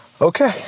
Okay